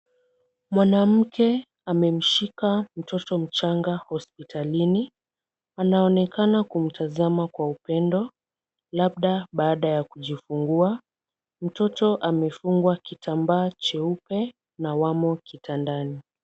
Mwanamke amemshika mtoto mchanga hospitalini. Anaonekana kumtazama kwa upendo labda baada ya kujifungua. Mtoto amefungwa kitambaa cheupe na wamo kitandani.